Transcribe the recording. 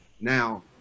now